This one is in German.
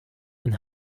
ein